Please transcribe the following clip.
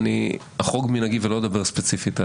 אחרוג ממנהגי ולא אדבר ספציפית.